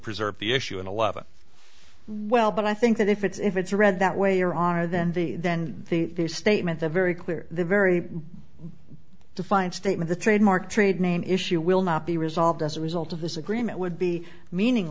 preserved the issue in eleven well but i think that if it's if it's read that way or are then the then i think the statement the very clear the very defined statement the trademark trade name issue will not be resolved as a result of this agreement would be meaning